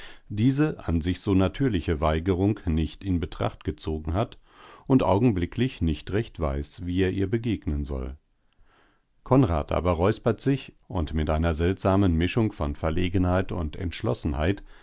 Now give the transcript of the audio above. diese an sich so natürliche weigerung nicht in betracht gezogen hat und augenblicklich nicht recht weiß wie er ihr begegnen soll konrad aber räuspert sich und mit einer seltsamen mischung von verlegenheit und entschlossenheit